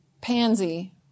Pansy